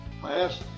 class